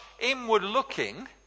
inward-looking